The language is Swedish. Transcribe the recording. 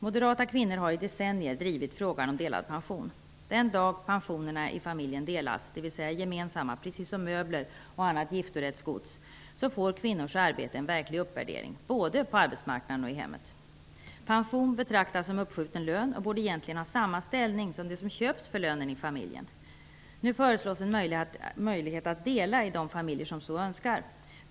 Moderata kvinnor har i decennier drivit frågan om delad pension. Den dag pensionerna i familjen delas, dvs. är gemensamma precis som möbler och annat giftorättsgods får kvinnors arbete en verklig uppvärdering, både på arbetsmarknaden och i hemmet. Pension betraktas som uppskjuten lön och borde egentligen ha samma ställning som det som köps för lönen i familjen. Nu föreslås en möjlighet att dela pensionen i de familjer som så önskar.